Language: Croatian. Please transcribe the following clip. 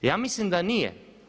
Ja mislim da nije.